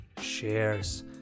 shares